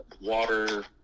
water